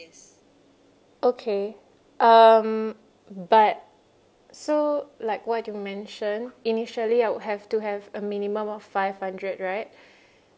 okay um but so like what you mentioned initially I would have to have a minimum of five hundred right